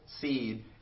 seed